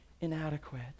inadequate